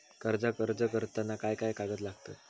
कर्जाक अर्ज करताना काय काय कागद लागतत?